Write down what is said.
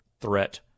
threat